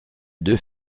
deux